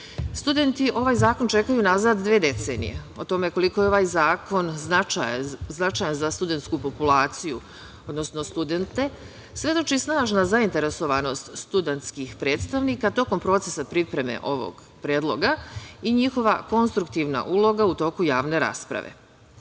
ovaj zakon čekaju unazad dve decenije. O tome koliko je ovaj zakon značajan za studentsku populaciju, odnosno studente, svedoči snažna zainteresovanost studentskih predstavnika tokom procesa pripreme ovog predloga i njihova konstruktivna uloga u toku javne rasprave. Oko